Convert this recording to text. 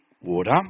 water